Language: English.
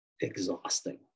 exhausting